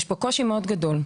יש פה קושי מאוד גדול.